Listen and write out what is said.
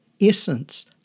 essence